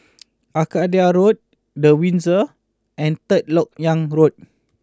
Arcadia Road The Windsor and Third Lok Yang Road